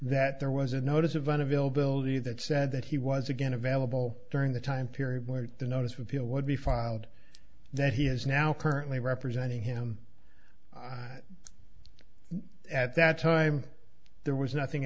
that there was a notice of an availability that said that he was again available during the time period where the notice of appeal would be filed that he has now currently representing him at that time there was nothing